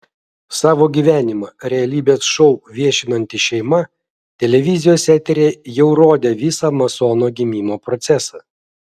savo gyvenimą realybės šou viešinanti šeima televizijos eteryje jau rodė visą masono gimimo procesą